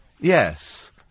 Yes